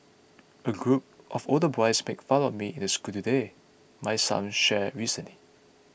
a group of older boys make fun of me in the school today my son shared recently